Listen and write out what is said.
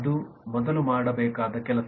ಅದು ಮೊದಲು ಮಾಡಬೇಕಾದ ಕೆಲಸ